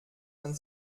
man